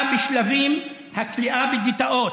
בפרט, יש לקבל ולא לבטלן במחי יד כאנטישמיות.